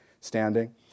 standing